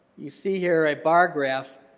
you see here a bar graph,